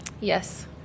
Yes